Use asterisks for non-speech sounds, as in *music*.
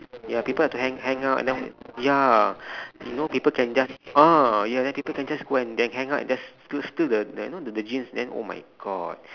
ya people like to hang~ hang out and then ya *breath* you know people can just ah ya then people can just go and that hanger and just s~ steal the the you know the jeans then oh my god *breath* but sorry I didn't do all that *laughs*